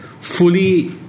fully